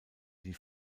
die